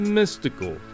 mystical